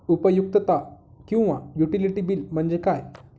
उपयुक्तता किंवा utility bill म्हणजे काय?